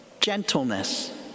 Gentleness